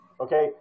Okay